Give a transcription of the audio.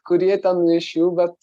kurie ten iš jų bet